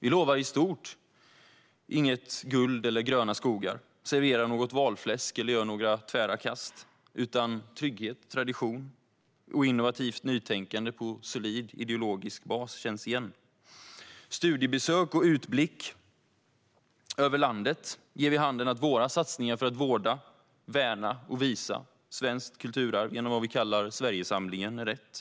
Vi lovar i stort inte guld och gröna skogar, vi serverar inte något valfläsk och gör inga tvära kast, utan trygghet, tradition och innovativt nytänkande på solid ideologisk bas känns igen. Studiebesök och utblick i landet ger vid handen att våra satsningar för att vårda, värna och visa svenskt kulturarv genom vad vi kallar Sverigesamlingen är rätt.